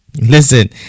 Listen